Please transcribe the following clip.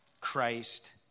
Christ